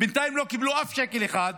בינתיים לא קיבלו אף שקל אחד.